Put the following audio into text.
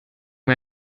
wir